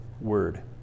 word